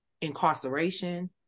incarceration